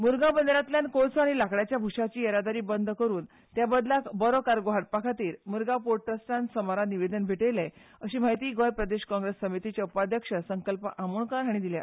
मुरगांव बंदरांतल्यान कोळसो आनी लांकडाच्या भुशाची येरादारी बंद करून त्या बदलाक बरो कार्गो हाडपा खातीर मुरगांव पोर्ट ट्रस्टाक सोमारा निवेदन भेटयतले अशी माहिती गोंय प्रदेश काँग्रेस समितीचे उपाध्यक्ष संकल्प आमोणकारान दिल्या